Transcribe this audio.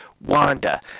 Wanda